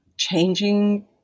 Changing